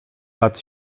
lat